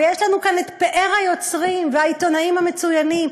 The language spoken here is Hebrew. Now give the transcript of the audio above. ויש לנו כאן פאר היוצרים והעיתונאים המצוינים,